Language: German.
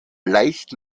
leicht